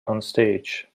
onstage